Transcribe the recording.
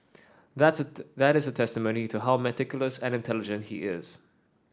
that's that is a testimony to how meticulous and intelligent he is